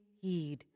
heed